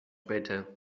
better